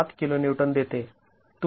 ७ kN देते